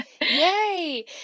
Yay